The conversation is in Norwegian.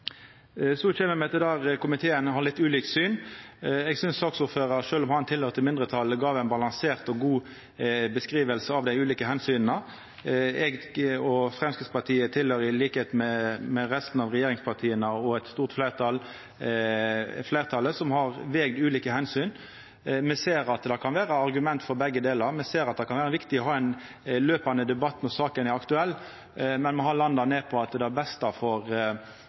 Så kjem me til der komiteen har litt ulikt syn. Eg synest saksordføraren, sjølv om han tilhøyrer mindretalet, gav ei balansert og god beskriving av dei ulike omsyna. Regjeringspartia – Framstegspartiet og Høgre – tilhøyrer eit stort fleirtal som har vege ulike omsyn. Me ser at det kan vera argument for begge delar, me ser at det kan vera viktig å ha ein løpande debatt når saka er aktuell, men me har landa på at det beste for